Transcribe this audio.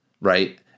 Right